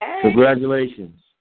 Congratulations